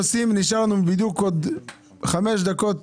נעצור את כל העסקאות